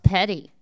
Petty